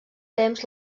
temps